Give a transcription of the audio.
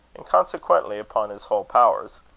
and consequently upon his whole powers.